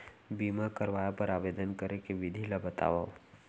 बीमा करवाय बर आवेदन करे के विधि ल बतावव?